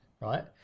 right